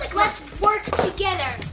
like let's work together.